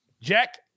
Jack